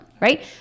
right